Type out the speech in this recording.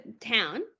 town